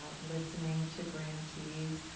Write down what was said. listening to grantees.